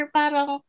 parang